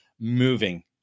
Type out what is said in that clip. moving